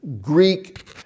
Greek